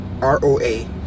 R-O-A